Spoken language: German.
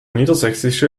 niedersächsische